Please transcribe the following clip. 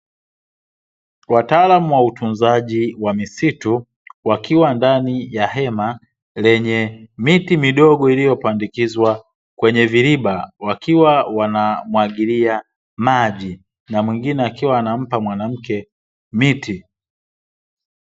Wataalamu wa utunzaji wa misitu, wakiwa ndani ya hema lenye miti midogo iliyopandikizwa kwenye viriba, wakiwa wanamwagilia maji na mwingine akiwa anampa mwanamke miti.